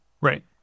Right